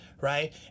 right